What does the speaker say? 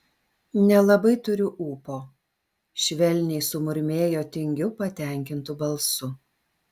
nelabai turiu ūpo švelniai sumurmėjo tingiu patenkintu balsu